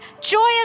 joyous